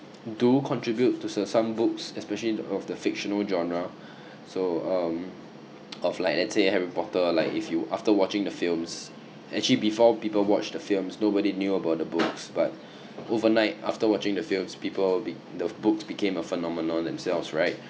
do contribute to sell some books especially in the of the fictional genre so um of like let's say harry potter like if you after watching the films actually before people watch the films nobody knew about the books but overnight after watching the films people be~ the books became a phenomenon themselves right